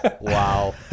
wow